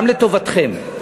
גם לטובתכם.